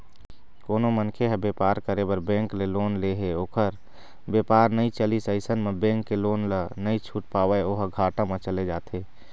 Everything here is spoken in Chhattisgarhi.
कोनो मनखे ह बेपार करे बर बेंक ले लोन ले हे ओखर बेपार नइ चलिस अइसन म बेंक के लोन ल नइ छूट पावय ओहा घाटा म चले जाथे